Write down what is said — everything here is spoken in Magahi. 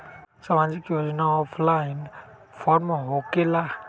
समाजिक योजना ऑफलाइन फॉर्म होकेला?